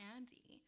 Andy